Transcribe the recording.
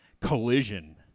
Collision